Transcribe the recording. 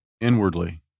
inwardly